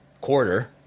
quarter